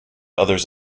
others